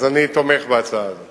אז אני תומך בהצעה הזאת.